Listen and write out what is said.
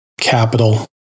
capital